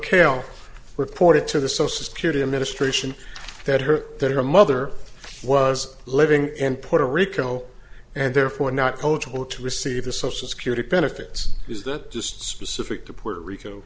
kale reported to the social security administration that her that her mother was living in puerto rico and therefore not kowtow to receive the social security benefits is that just specific to puerto rico